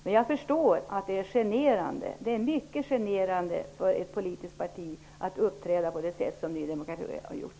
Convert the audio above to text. Men jag förstår att det är mycket generande för ett politiskt parti att uppträda på det sätt som Ny demokrati har gjort.